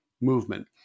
movement